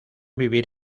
vivir